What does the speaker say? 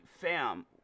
fam